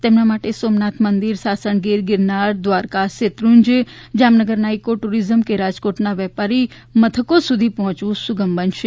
તેમના માટે સોમનાથ મંદિર સાસણગીર ગીરનાર દ્વારકા શેત્રુંજય જામનગરના ઇકો ટુરીઝમ કે રાજકોટના વેપારી મથકો સુધી પહોયવું સુગમ બનશે